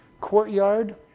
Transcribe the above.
courtyard